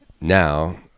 Now